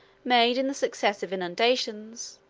made in the successive inundations,